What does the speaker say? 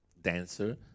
dancer